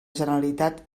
generalitat